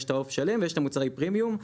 יש עוף שלם ויש מוצרי פרימיום.